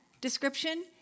description